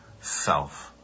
self